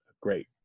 great